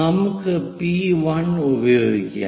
നമുക്ക് ഈ പി 1 ഉപയോഗിക്കാം